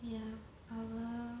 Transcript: ya I'll uh